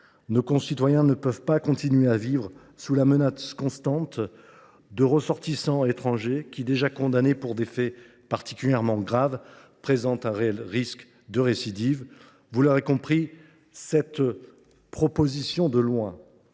Nos concitoyens ne peuvent pas continuer à vivre sous la menace constante de ressortissants étrangers déjà condamnés pour des faits particulièrement graves et qui présentent un réel risque de récidive. Vous l’aurez compris, mes chers collègues,